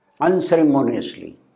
unceremoniously